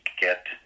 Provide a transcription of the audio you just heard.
get